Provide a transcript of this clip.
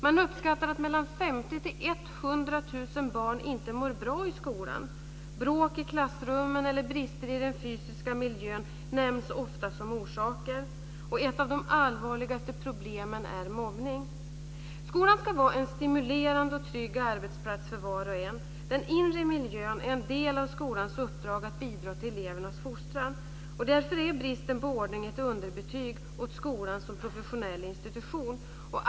Man uppskattar att mellan 50 000 och 100 000 barn inte mår bra i skolan. Bråk i klassrummen eller brister i den fysiska miljön nämns ofta som orsaker, och ett av de allvarligaste problemen är mobbning. Skolan ska vara en stimulerande och trygg arbetsplats för var och en. Den inre miljön är en del av skolans uppdrag att bidra till elevernas fostran. Därför är bristen på ordning ett underbetyg åt skolan som professionell institution.